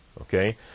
Okay